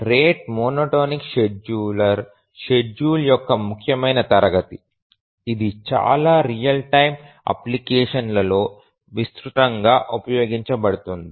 rate monotonic scheduler scheduler యొక్క ముఖ్యమైన తరగతి ఇది చాలా రియల్ టైమ్ అప్లికేషన్లలో విస్తృతంగా ఉపయోగించబడుతుంది